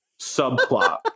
subplot